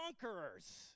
conquerors